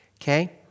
okay